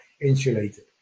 insulated